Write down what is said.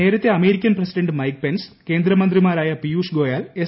നേരത്തെ American vice president Mike Pence കേന്ദ്രമന്ത്രിമാരായ പിയൂഷ് ്ട്രോയൽ എസ്